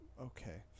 okay